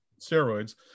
steroids